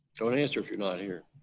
don't answer if you're not here.